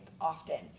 often